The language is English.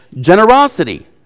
generosity